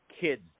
kids